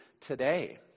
today